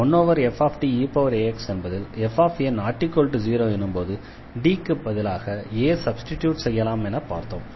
1fDeax என்பதில் fa0 எனும்போது D க்கு பதிலாக a சப்ஸ்டிட்யூட் செய்யலாம் என பார்த்தோம்